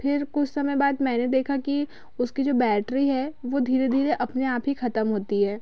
फिर कुछ समय बाद मैंने देखा कि उसकी जो बैटरी है वो धीरे धीरे अपने आप ही खत्म होती है